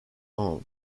own